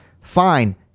Fine